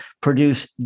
produce